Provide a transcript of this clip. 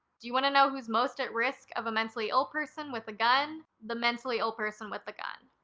do you wanna know who's most at risk of a mentally ill person with a gun? the mentally ill person with a gun.